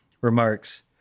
remarks